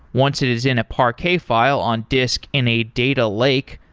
once it is in a parquet file on disk in a data lake,